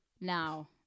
now